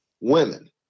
women